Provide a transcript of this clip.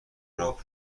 راه